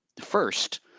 First